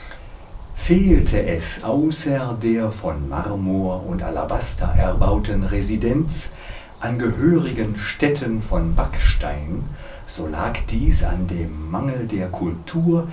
fehlte es außer der von marmor und alabaster erbauten residenz an gehörigen städten von backstein so lag dies an dem mangel der kultur